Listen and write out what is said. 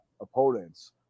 opponents